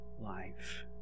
life